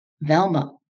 Velma